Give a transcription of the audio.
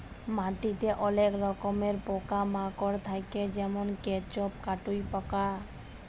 মাটিতে অলেক রকমের পকা মাকড় থাক্যে যেমল কেঁচ, কাটুই পকা